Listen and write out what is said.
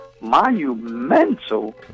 monumental